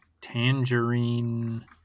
tangerine